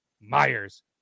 myers